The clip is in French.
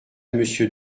monsieur